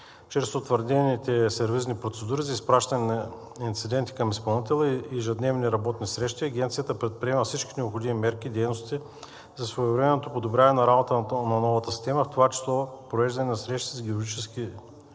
Чрез утвърдените сервизни процедури за изпращане на инциденти към изпълнителя и ежедневни работни срещи Агенцията предприема всички необходими мерки и дейности за своевременното подобряване на работата на новата система, в това число провеждане на срещи с геодезическите